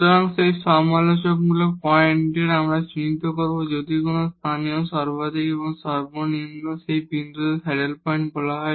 সুতরাং এই ক্রিটিকাল পয়েন্টগুলিতে আমরা চিহ্নিত করব যদি কোন লোকাল ম্যাক্সিমা এবং লোকাল মিনিমা সেই বিন্দুকে স্যাডল পয়েন্ট বলা হয়